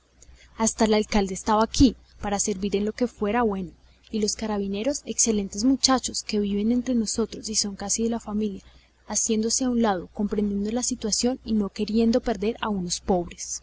hasta el alcalde estaba aquí para servir en lo que fuera bueno y los carabineros excelentes muchachos que viven entre nosotros y son casi de la familia hacíanse a un lado comprendiendo la situación y no queriendo perder a unos pobres